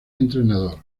entrenador